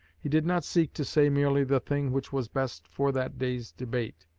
he did not seek to say merely the thing which was best for that day's debate,